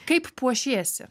kaip puošiesi